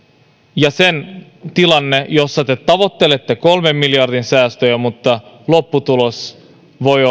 ja sen tilanne jossa te tavoittelette kolmen miljardin säästöjä mutta jossa lopputulos voi